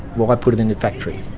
why put it in a factory?